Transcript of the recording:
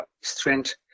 strength